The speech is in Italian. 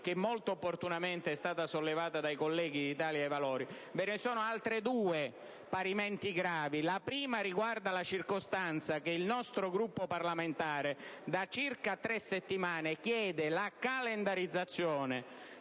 che molto opportunamente è stata sollevata dai colleghi dell'Italia dei Valori, ve ne sono altre due, parimenti gravi, la prima delle quali riguarda la circostanza che il nostro Gruppo parlamentare da circa tre settimane chiede la calendarizzazione